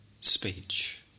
speech